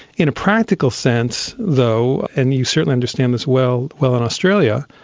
in a practical sense though, and you certainly understand this well well in australia,